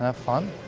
ah fun.